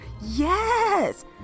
Yes